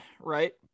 Right